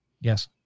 Yes